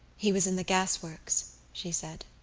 he was in the gasworks, she said.